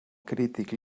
crític